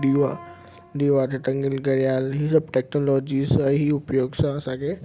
दीवार दीवार ते टंगियल घड़ियाल हीउ सभु टेक्नोलॉजी सां ई उपयोग सां असांखे